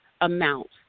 amount